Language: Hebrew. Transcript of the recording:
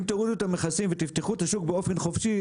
אם תורידו את המכסים ותפתחו את השוק באופן חופשי,